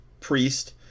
priest